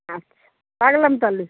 আচ্ছা রাখলাম তালে